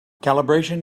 calibration